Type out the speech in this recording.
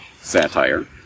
satire